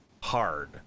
hard